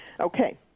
Okay